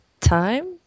time